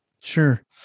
Sure